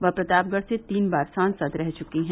वह प्रतापगढ़ से तीन बार सांसद रह चुकी हैं